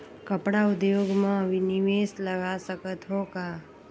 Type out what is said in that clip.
कपड़ा उद्योग म निवेश लगा सकत हो का?